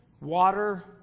Water